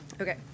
Okay